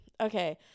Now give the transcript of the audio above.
okay